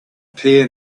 peer